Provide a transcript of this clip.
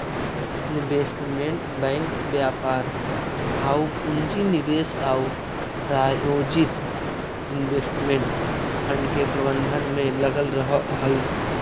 investment bank व्यापार आउ पूंजी निवेश आउ प्रायोजित इन्वेस्टमेंट फंड के प्रबंधन में लगल रहऽ हइ